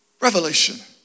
revelation